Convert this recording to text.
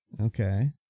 Okay